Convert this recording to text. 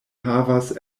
havas